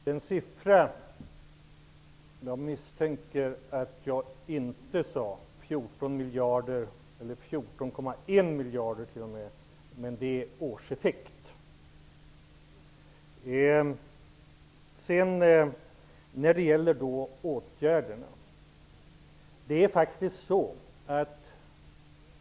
Herr talman! Angående siffran 14 miljarder, eller rättare sagt t.o.m. 14,1 miljarder, misstänker jag att jag inte sade att det var fråga om årseffekt.